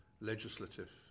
legislative